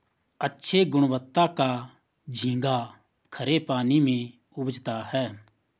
अच्छे गुणवत्ता का झींगा खरे पानी में उपजता है